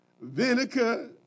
vinegar